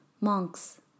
Monks